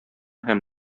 һәм